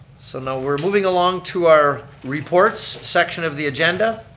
so now we're moving along to our reports section of the agenda.